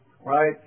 right